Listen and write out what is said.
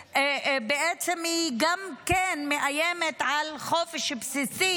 ובעצם היא גם כן מאיימת על החופש הבסיסי